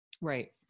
Right